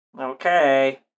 Okay